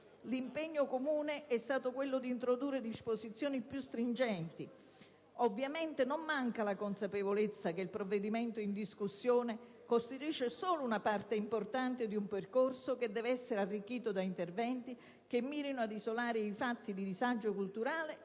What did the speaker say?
L'impegno comune è stato quello di introdurre disposizioni più stringenti. Ovviamente non manca la consapevolezza che il provvedimento in discussione costituisce solo una parte importante di un percorso che deve essere arricchito da interventi che mirino ad isolare i fattori di disagio culturale e sociale.